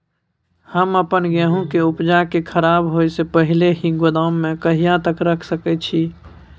हम अपन गेहूं के उपजा के खराब होय से पहिले ही गोदाम में कहिया तक रख सके छी?